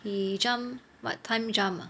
he jump what time jump ah